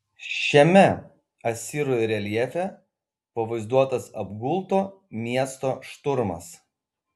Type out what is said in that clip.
šiame asirų reljefe pavaizduotas apgulto miesto šturmas